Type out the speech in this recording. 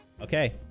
Okay